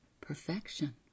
perfection